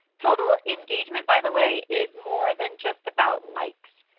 total engagement by the way, is more than just about likes.